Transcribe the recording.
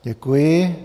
Děkuji.